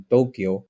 Tokyo